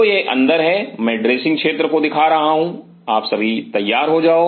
तो यह अंदर है मैं ड्रेसिंग क्षेत्र दिखा रहा हूं आप सभी तैयार हो जाओ